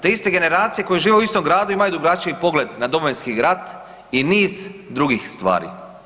Te iste generacije koje žive u istom gradu imaju drugačiji pogled na Domovinski rat i niz drugih stvari.